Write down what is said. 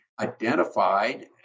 identified